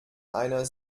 einer